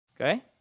Okay